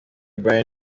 bayern